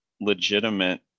legitimate